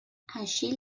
així